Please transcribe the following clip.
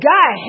God